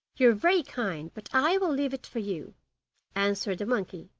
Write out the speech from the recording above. you are very kind, but i will leave it for you answered the monkey,